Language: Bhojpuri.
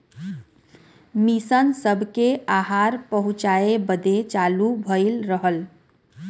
मिसन सबके आहार पहुचाए बदे चालू भइल रहल